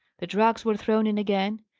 the drags were thrown in again,